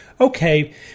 okay